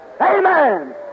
Amen